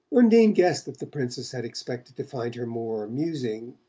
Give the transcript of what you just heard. undine guessed that the princess had expected to find her more amusing,